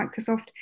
microsoft